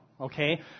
okay